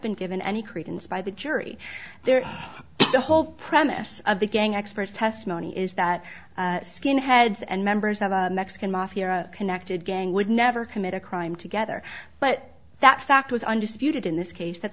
been given any credence by the jury there the whole premise of the gang experts testimony is that skinheads and members of a mexican mafia connected gang would never commit a crime together but that fact was under spewed in this case that